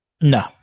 No